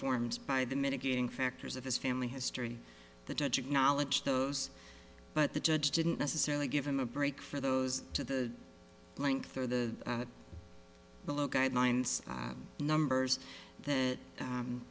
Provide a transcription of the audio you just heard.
formed by the mitigating factors of his family history the judge acknowledge those but the judge didn't necessarily give him a break for those to the length or the below guidelines numbers that